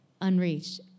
unreached